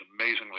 amazingly